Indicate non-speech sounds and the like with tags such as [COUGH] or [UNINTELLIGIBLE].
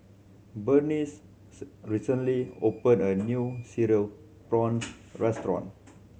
Berneice [UNINTELLIGIBLE] recently opened a new Cereal Prawns restaurant